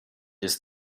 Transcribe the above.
ist